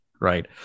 Right